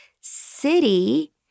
city